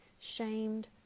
shamed